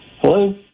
Hello